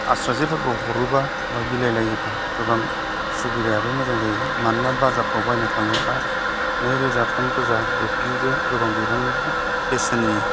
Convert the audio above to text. आस्रा जेफोरखौ हरोबा बा बिलाइ लायोबा गोबां सुबिदायाबो मोजां जायो मानोना बाजारफ्राव बायनो थाङोबा नैरोजा थामरोजा बेफोरनिबो गोबां बिबांनिबो बेसेननि